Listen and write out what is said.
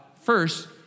first